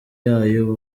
yayo